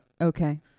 okay